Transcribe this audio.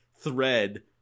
thread